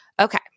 Okay